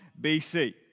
BC